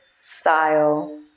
style